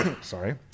Sorry